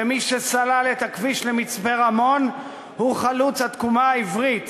ומי שסלל את הכביש למצפה-רמון הוא חלוץ התקומה העברית.